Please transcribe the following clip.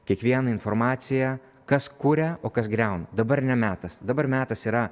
kiekvieną informaciją kas kuria o kas griauna dabar ne metas dabar metas yra